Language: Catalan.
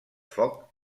foc